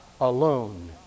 alone